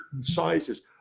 sizes